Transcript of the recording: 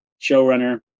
showrunner